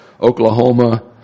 Oklahoma